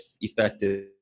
effective